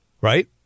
Right